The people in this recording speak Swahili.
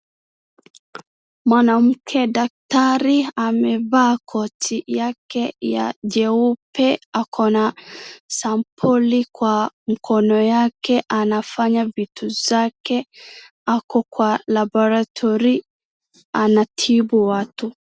Mwanamke daktari amevaa koti yake ya jeupe. Ako na sampuli kwa mkono yake anafanya vitu zake. Ako kwa laboratory anatibu watu.